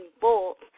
bolts